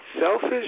selfish